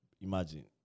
imagine